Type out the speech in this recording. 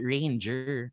Ranger